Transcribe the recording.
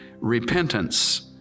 repentance